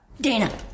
Dana